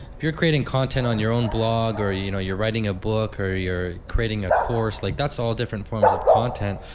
if you're creating content on your own blog or you know you're writing a book, are you creating a course, like that's all different forms of content,